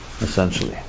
essentially